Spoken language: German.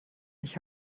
ich